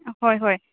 ꯑꯍꯣꯏ ꯍꯣꯏ